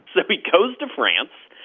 so he goes to france,